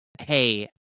hey